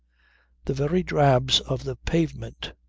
the very drabs of the pavement,